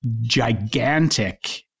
gigantic